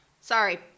Sorry